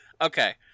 Okay